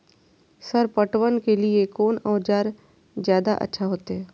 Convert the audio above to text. Sir पटवन के लीऐ कोन औजार ज्यादा अच्छा होते?